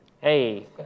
Hey